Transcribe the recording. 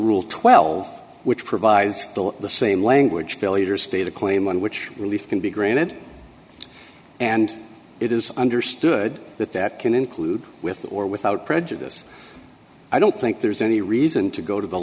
rule twelve which provides the same language to leaders state a claim on which relief can be granted and it is understood that that can include with or without prejudice i don't think there's any reason to go to the